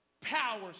Power's